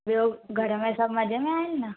ॿियों घर में सभु मज़े में आहिनि न